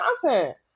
content